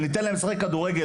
וניתן להם לשחק כדורגל,